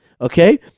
Okay